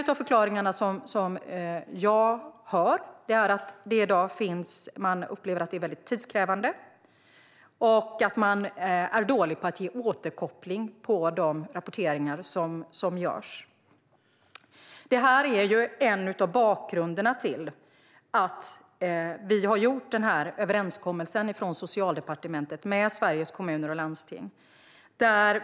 De förklaringar som jag hör är bland annat att det här i dag upplevs som väldigt tidskrävande och att man är dålig på att ge återkoppling på de rapporteringar som görs. Detta är en bakgrund till att Socialdepartementet har ingått den här överenskommelsen med Sveriges Kommuner och Landsting.